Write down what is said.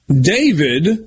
David